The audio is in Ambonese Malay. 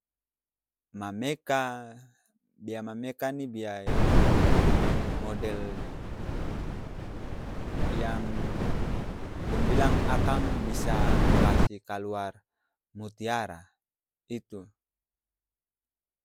Mameka, bia mameka ni bia yang model yang dong bilang akang bisa kasi kaluar mutiara. Itu.